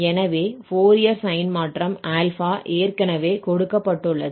எனவே Fourier sine மாற்றம் α ஏற்கனவே கொடுக்கப்பட்டுள்ளது